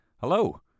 Hello